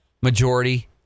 majority